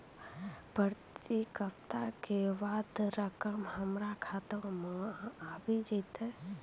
परिपक्वता के बाद रकम हमरा खाता मे आबी जेतै?